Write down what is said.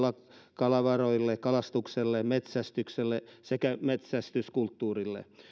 kalavaroille kalastukselle metsästykselle sekä metsästyskulttuurille